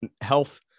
health